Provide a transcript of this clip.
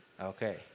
Okay